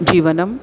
जीवनं